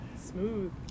Smooth